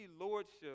lordship